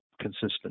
consistent